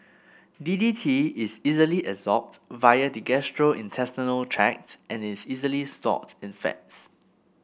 D D T is readily absorbed via the gastrointestinal tract and is easily stored in fats